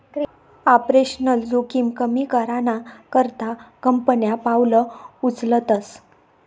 operational जोखिम कमी कराना करता कंपन्या पावलं उचलतस